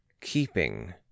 keeping